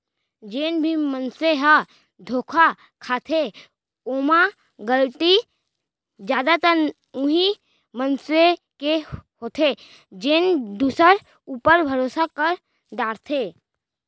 जेन भी मनसे ह धोखा खाथो ओमा गलती जादातर उहीं मनसे के होथे जेन दूसर ऊपर भरोसा कर डरथे